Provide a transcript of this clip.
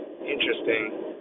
Interesting